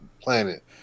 planet